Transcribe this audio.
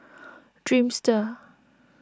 Dreamster